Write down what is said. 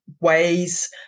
ways